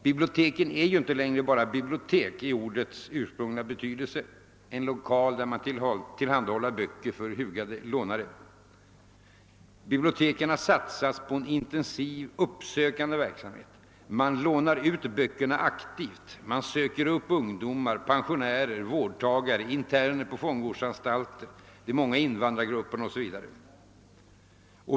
Biblioteken är inte längre bara bibliotek i ordets ursprungliga betydelse: en lokal där man tillhandahåller böcker för hugade lånare. Biblioteken har satsat på en intensiv uppsökande verksam het — man lånar ut böckerna aktivt, man söker upp ungdomar, pensionärer, vårdtagare, interner på fångvårdsanstalter, de många invandrargrupperna 0. S. V.